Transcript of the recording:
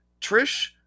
Trish